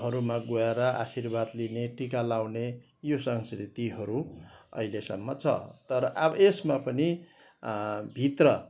हरूमा गएर आशीर्वाद लिने टिका लाउने यो संस्कृतिहरू अहिलेसम्म छ तर अब यसमा पनि भित्र